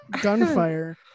gunfire